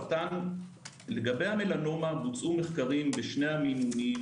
לגבי המלנומה בוצעו מחקרים בשני המינונים